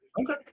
Okay